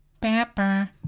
Pepper